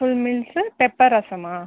full meals pepper ரசமா